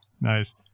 nice